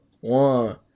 one